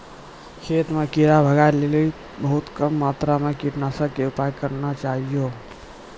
खेतों म कीड़ा भगाय लेली बहुत कम मात्रा मॅ कीटनाशक के उपयोग करना चाहियो